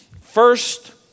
first